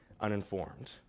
uninformed